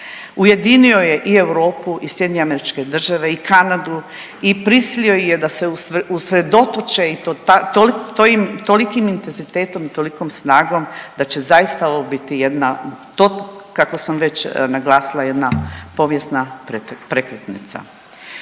Ujedinio je i Europu i SAD i Kanadu i prisilio ih je da se usredotoče i to toliki intenzitetom i tolikom snagom da će zaista ovo biti jedna to, kako sam već naglasila, jedna povijesna prekretnica.